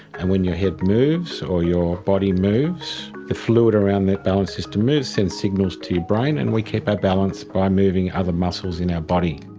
and when your head moves or your body moves, the fluid around that balance system moves, sends signals to your brain and we keep our balance by moving other muscles in our body.